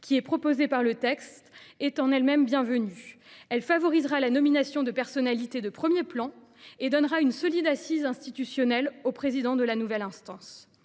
ministres, proposée par le texte, était en elle même bienvenue : elle favorisera la nomination de personnalités de premier plan et donnera une solide assise institutionnelle au président de la nouvelle instance.